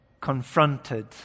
confronted